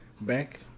back